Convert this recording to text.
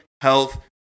health